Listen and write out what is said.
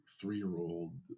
three-year-old